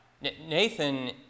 Nathan